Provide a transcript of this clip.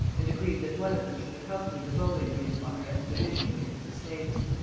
and agreed that one of them should accompany the bow indians on their expedition against the snakes.